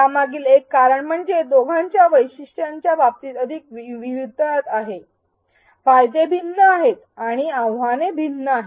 त्यामागील एक कारण म्हणजे दोघांच्या वैशिष्ट्यांच्या बाबतीत अशी विभिन्नता आहे फायदे भिन्न आहेत आणि आव्हाने भिन्न आहेत